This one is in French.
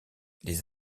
les